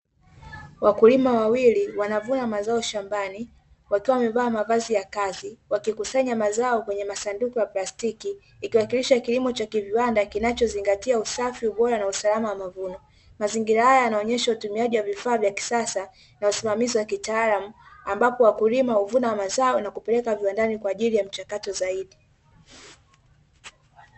Wakulima wawili wanavuna mazao shambani wakiwa wamevaa mavazi ya kazi wakikusanya mazao kwenye masanduku ya plastiki ikiwakilisha kilimo cha kiviwanda kinacho zingatia usafi na ubora na usalama wa mavuno. mazingira haya huonesha utumiaji wa vifaa vya kisasa na usimamizi wa kitaalamu ambapo wakulima huvuna mazao na kupeleka viwandani kwaajili ya mchakato zaidi.